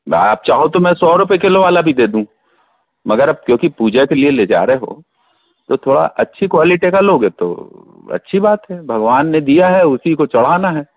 आप चाहो तो मैं अभी सौ रुपए किलो वाला आपको दे दूँ मगर अब क्योंकि पूजा के लिए ले जा रहे हो तो थोड़ा अच्छी क्वालिटी का लोगे तो अच्छी बात है भगवान ने दिया है उसी को चढ़ाना है